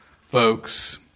folks